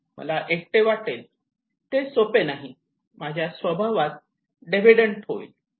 मला एकटे वाटेल ते सोपे नाही माझ्या स्वभावात डेव्हिडन्ट होईल